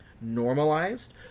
normalized